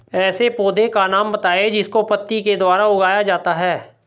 ऐसे पौधे का नाम बताइए जिसको पत्ती के द्वारा उगाया जाता है